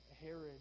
Herod